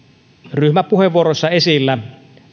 ryhmäpuheenvuoroissa esillä